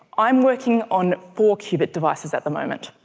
i'm working on four-cubit devices at the moment.